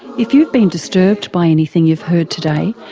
if you've been disturbed by anything you've heard today,